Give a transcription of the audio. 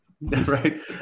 Right